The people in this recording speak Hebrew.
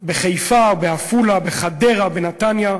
בחיפה, בעפולה, בחדרה, בנתניה,